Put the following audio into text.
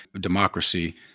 democracy